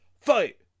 fight